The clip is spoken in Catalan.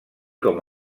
com